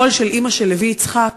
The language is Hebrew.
הקול של אימא של לוי יצחק